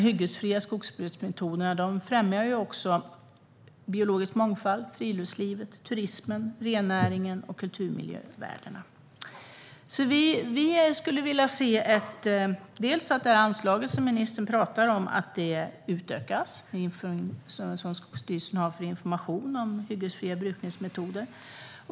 Hyggesfria skogsbruksmetoder främjar nämligen den biologiska mångfalden, friluftslivet, turismen, rennäringen och kulturmiljövärdena. Vi skulle vilja att anslaget som ministern talar om utökas, till exempel till Skogsstyrelsens information om hyggesfria brukningsmetoder.